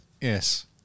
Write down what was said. Yes